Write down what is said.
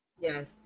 Yes